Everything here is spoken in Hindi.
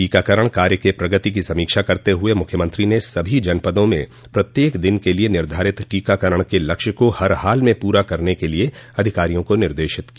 टीकाकरण कार्य के प्रगति की समीक्षा करते हुए मुख्यमंत्री ने सभी जनपदो में प्रत्येक दिन के लिए निर्धारित टीकाकरण के लक्ष्य को हर हाल में पूरा करने के लिए अधिकारियों को निर्देशित किया